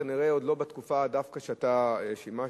כנראה עוד לא בתקופה דווקא שאתה שימשת,